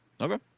Okay